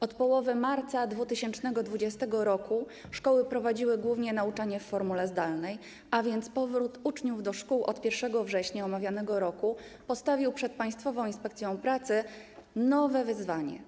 Od połowy marca 2020 r. szkoły prowadziły głównie nauczanie w formule zdalnej, a więc powrót uczniów do szkół od 1 września omawianego roku postawił przed Państwową Inspekcją Pracy nowe wyzwanie.